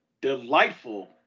delightful